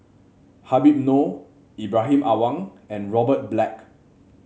Habib Noh Ibrahim Awang and Robert Black